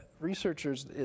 researchers